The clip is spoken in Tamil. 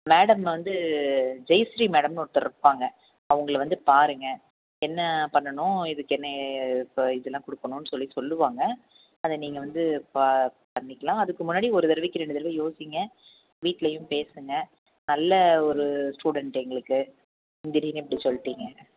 மேடம் வந்து ஜெய்ஸ்ரீ மேடம்ன்னு ஒருத்தர் இருப்பாங்க அவங்களை வந்து பாருங்கள் என்ன பண்ணனும் இதுக்கு என்ன ப இது எல்லாம் கொடுக்கணும் சொல்லி சொல்லுவாங்க அதை நீங்கள் வந்து பா பண்ணிக்கலாம் அதுக்கு முன்னாடி ஒரு தடவைக்கு ரெண்டு தடவை யோசிங்க வீட்டுலையும் பேசுங்கள் நல்ல ஒரு ஸ்டுடெண்ட்டு எங்களுக்கு திடீர்ன்னு இப்படி சொல்லிடிங்க